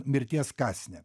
mirties kąsnį